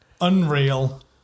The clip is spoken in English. unreal